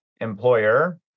employer